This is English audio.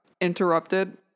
interrupted